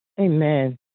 Amen